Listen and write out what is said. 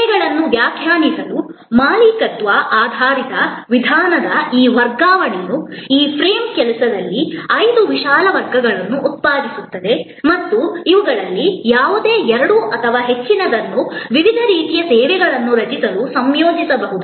ಸೇವೆಗಳನ್ನು ವ್ಯಾಖ್ಯಾನಿಸಲು ಮಾಲೀಕತ್ವ ಆಧಾರಿತ ವಿಧಾನದ ಈ ವರ್ಗಾವಣೆಯು ಈ ಫ್ರೇಮ್ ಕೆಲಸದಲ್ಲಿ ಐದು ವಿಶಾಲ ವರ್ಗಗಳನ್ನು ಉತ್ಪಾದಿಸುತ್ತದೆ ಮತ್ತು ಇವುಗಳಲ್ಲಿ ಯಾವುದೇ ಎರಡು ಅಥವಾ ಹೆಚ್ಚಿನದನ್ನು ವಿವಿಧ ರೀತಿಯ ಸೇವೆಗಳನ್ನು ರಚಿಸಲು ಸಂಯೋಜಿಸಬಹುದು